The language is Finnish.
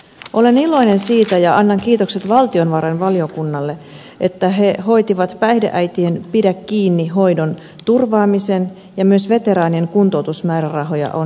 olen iloinen siitä ja annan kiitokset valtiovarainvaliokunnalle että he hoitivat päihdeäitien pidä kiinni hoidon turvaamisen ja myös veteraanien kuntoutusmäärärahoja on lisätty